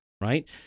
Right